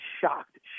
shocked